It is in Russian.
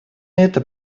это